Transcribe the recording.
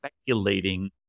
speculating